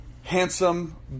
Handsome